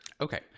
Okay